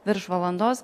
virš valandos